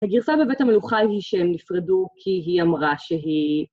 הגרסה בבית המלוכה היא שהם נפרדו כי היא אמרה שהיא...